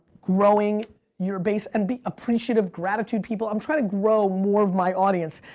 growing your base and be appreciative, gratitude people, i'm trying to grow more of my audience.